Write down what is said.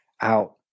out